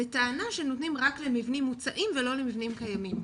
בטענה שנותנים רק למבנים מוצעים ולא למבנים קיימים.